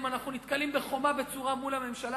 אנחנו נתקלים בחומה בצורה מול הממשלה